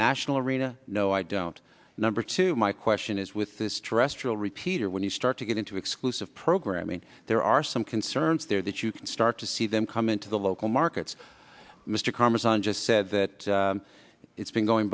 national arena no i don't number two my question is with this stressful repeater when you start to get into exclusive programming there are some concerns there that you can start to see them come in to the local markets mr carson just said that it's been going